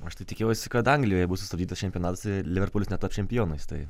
aš tai tikiuosi kad anglijoj bus sustabdytas čempionatas ir liverpulis netaps čempionais tai